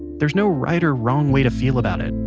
there's no right or wrong way to feel about it,